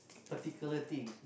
particular things